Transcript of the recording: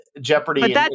jeopardy